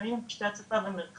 נחלים עם פשטי הצפה ומרחב